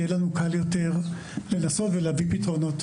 יהיה לנו קל יותר לנסות ולהביא פתרונות.